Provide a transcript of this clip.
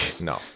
No